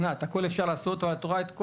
ענת, הכול אפשר לעשות, אבל את רואה,